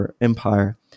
empire